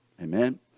Amen